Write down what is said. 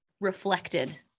reflected